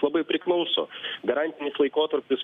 labai priklauso garantinis laikotarpis